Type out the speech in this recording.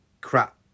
crap